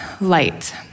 light